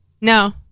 No